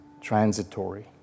transitory